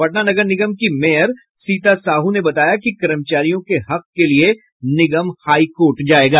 पटना नगर निगम की मेयर सीता साहू ने बताया कि कर्मचारियों के हक के लिए निगम हाईकोर्ट जाएगा